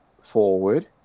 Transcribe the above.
forward